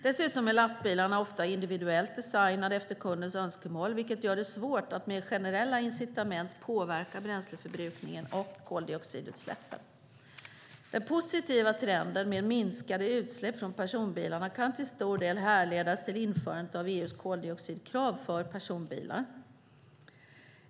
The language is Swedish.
Dessutom är lastbilarna ofta individuellt designade efter kundens önskemål, vilket gör det svårt att med generella incitament påverka bränsleförbrukningen och koldioxidutsläppen. Den positiva trenden med minskade utsläpp från personbilarna kan till stor del härledas till införandet av EU:s koldioxidkrav för personbilar.